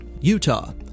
Utah